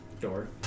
door